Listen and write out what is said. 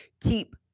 Keep